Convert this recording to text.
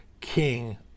king